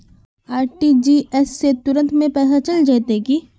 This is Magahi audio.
आर.टी.जी.एस से तुरंत में पैसा चल जयते की?